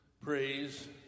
praise